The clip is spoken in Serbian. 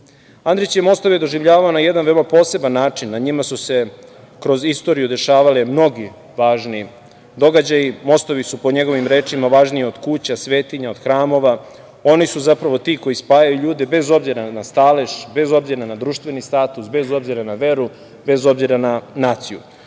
Andrić je mostove doživljavao na jedan poseban način, na njima su se kroz istoriju dešavali mnogi važni događaji. Mostovi su, po njegovim rečima, važniji od kuća, svetinja, hramova, oni su zapravo ti koji spajaju ljude, bez obzira na stalež, bez obzira na društveni status, bez obzira na veru, bez obzira na naciju.